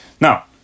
Now